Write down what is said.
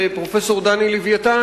פרופסור דני לויתן?